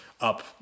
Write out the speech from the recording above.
up